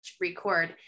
record